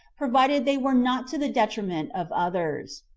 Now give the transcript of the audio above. provided they were not to the detriment of others.